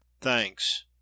thanks